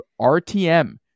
RTM